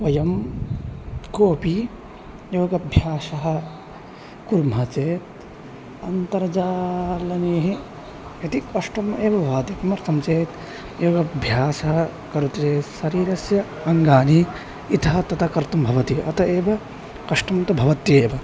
वयं कोपि योगभ्यासं कुर्मः चेत् अन्तर्जाले कति कष्टम् एव भाति किमर्थं चेत् योगभ्यासः करोति चेत् शरीरस्य अङ्गानि इतः ततः कर्तुं भवति अतः एव कष्टं तु भवत्येव